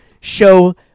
show